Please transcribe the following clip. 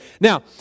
Now